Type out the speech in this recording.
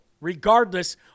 regardless